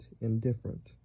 indifferent